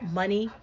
money